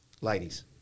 Ladies